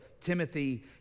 Timothy